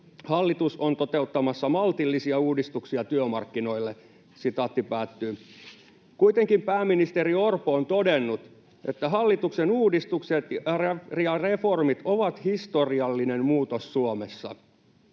”Hallitus on toteuttamassa maltillisia uudistuksia työmarkkinoille.” Kuitenkin pääministeri Orpo on todennut, että hallituksen uudistukset ja reformit ovat historiallinen muutos Suomessa.